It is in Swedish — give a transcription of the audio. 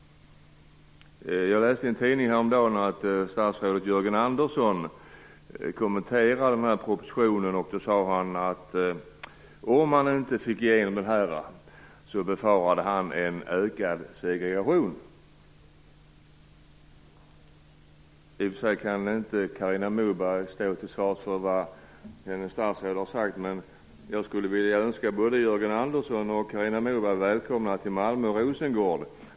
Jag såg i en tidning häromdagen att statsrådet Jörgen Andersson kommenterade den här propositionen. Han sade att om man inte fick igenom propositionen befarade han en ökad segregation. I och för sig kan inte Carina Moberg stå till svars för vad hennes statsråd har sagt, men jag skulle vilja önska både Jörgen Andersson och Carina Moberg välkomna till Malmö och Rosengård.